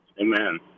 Amen